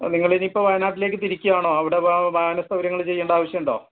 നിങ്ങൾ ഇനിയിപ്പോൾ വയനാട്ടിലേക്ക് തിരിക്കുകയാണോ അവിടെ വാഹന സൗകര്യങ്ങൾ ചെയ്യേണ്ട ആവശ്യമുണ്ടോ